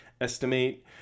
estimate